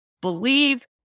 believe